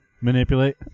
manipulate